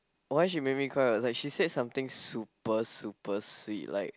why she made me cry like she said somethings super super sweet like